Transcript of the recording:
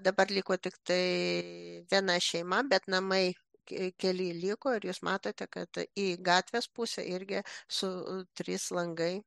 dabar liko tik tai viena šeima bet namai ke keli liko ir jūs matote kad į gatvės pusę irgi su trys langai